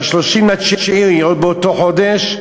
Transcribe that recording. ב-30 בספטמבר, עוד באותו חודש,